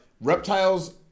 reptiles